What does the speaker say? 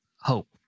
hope